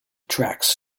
tracks